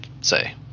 say